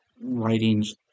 writings